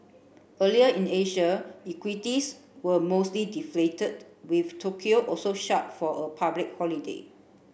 earlier in Asia equities were mostly deflated with Tokyo also shut for a public holiday